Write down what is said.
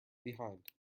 behind